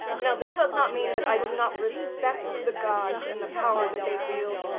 now, this does not mean that i do not respect the gods and the power that they wield,